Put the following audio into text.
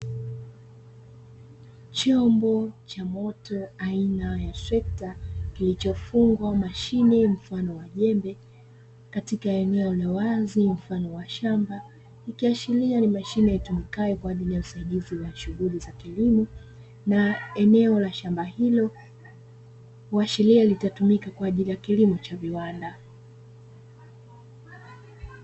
Chombo cha moto aina ya trekta kilichofungwa mashine ya mfano wa jembe katika eneo la wazi mfano wa shamba, ikiashiria kuwa ni mashine itumikayo kwa ajili yanusaidizi wa shughuli za kilimo, na eneo la shamba hilo kuashiria litatumika kwa ajili ya kilimo cha viwanda.